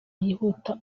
yihuta